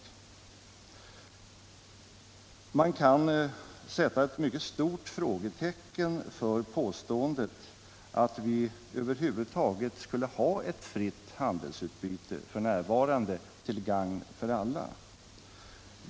Man kan sätta ett mycket stort frågetecken för påståendet att vi över huvud taget skulle ha ett fritt handelsutbyte till gagn för alla.